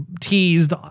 teased